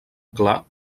clar